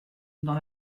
dans